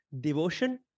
devotion